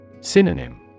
Synonym